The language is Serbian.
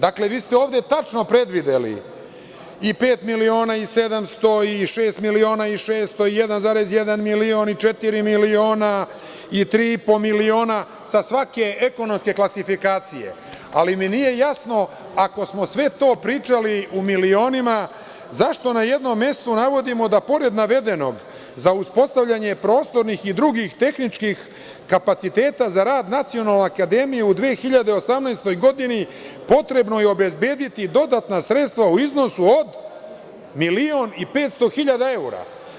Dakle, vi ste ovde tačno predvideli i pet miliona i sedamsto i šest miliona i šesto i 1,1 milion i četiri miliona i tri i po miliona, sa svake ekonomske klasifikacije, ali mi nije jasno ako smo sve to pričali u milionima zašto na jednom mestu navodimo da pored navedenog za uspostavljanje prostornih i drugih tehničkih kapaciteta za rad Nacionalne akademije u 2018. godini, potrebno je obezbediti dodatna sredstva u iznosu od milion i 500 hiljada eura.